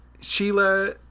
Sheila